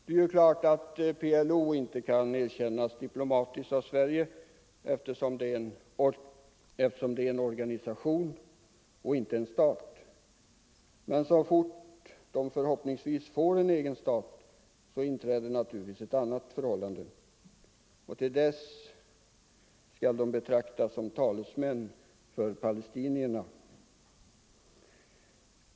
PLO kan naturligtvis inte erkännas diplomatiskt av Sverige, eftersom det är en organisation och inte en stat. Men så fort PLO — som man kan hoppas — får en egen stat inträder ett annat förhållande. Till dess skall de betraktas som talesmän för palestinierna.